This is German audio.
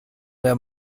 der